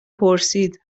پرسید